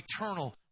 eternal